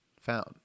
found